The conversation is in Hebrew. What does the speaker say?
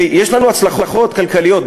ויש לנו הצלחות כלכליות,